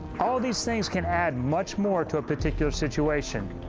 all these things can add much more to a particular situation.